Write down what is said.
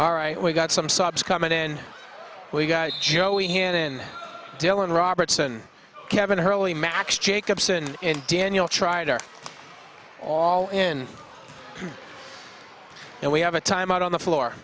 all right we've got some subs coming in we've got joey here in dillon robertson kevin hurley max jacobsen and daniel tried are all in and we have a time out on the floor